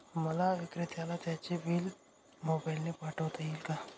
मला विक्रेत्याला त्याचे बिल मोबाईलने पाठवता येईल का?